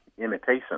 imitation